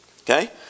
Okay